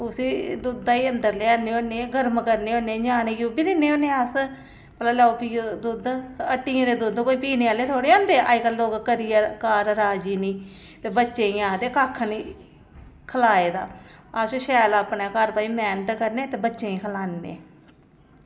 उस्सी दुद्धा गी अंदर लेआन्ने होन्ने गरम करने होन्ने ञ्याणें गी ओह् बी दिन्ने होन्ने अस भला लैओ पिओ दुद्ध हट्टियें पर दुद्ध कोई पीने आह्ले थोह्ड़े होंदे अजकल्ल लोक करियै कार राजी निं ते बच्चें गी आक्खदे कक्ख निं खलाये दा अस शैल अपने घर भई मैह्नत करने ते खलान्ने